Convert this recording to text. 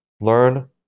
learn